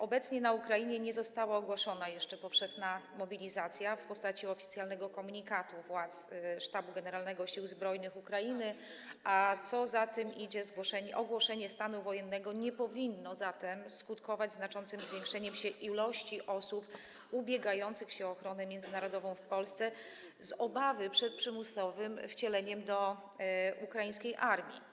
Obecnie na Ukrainie nie została jeszcze ogłoszona powszechna mobilizacja w postaci oficjalnego komunikatu władz Sztabu Generalnego Sił Zbrojnych Ukrainy, a co za tym idzie - ogłoszenie stanu wojennego nie powinno skutkować znaczącym zwiększeniem się liczby osób ubiegających się o ochronę międzynarodową w Polsce z obawy przed przymusowym wcieleniem do ukraińskiej armii.